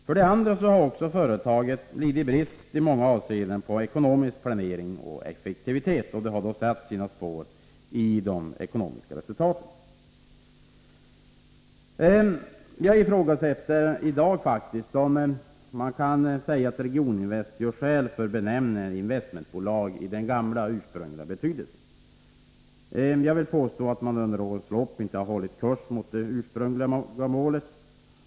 Vidare har företaget i många avseenden lidit brist på ekonomisk planering och effektivitet, och det har satt sina spår i de ekonomiska resultaten. Jag ifrågasätter om man i dag kan säga att Regioninvest gör skäl för benämningen investmentbolag i den gamla ursprungliga betydelsen. Jag vill påstå att man under årens lopp inte har hållit kurs mot det ursprungliga målet.